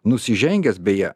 nusižengęs beje